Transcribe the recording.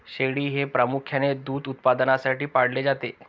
शेळी हे प्रामुख्याने दूध उत्पादनासाठी पाळले जाते